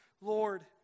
Lord